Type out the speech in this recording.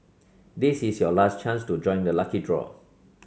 this is your last chance to join the lucky draw